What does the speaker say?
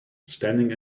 standing